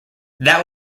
that